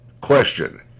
Question